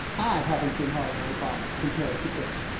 i haven't been hard on obama, compared to bush.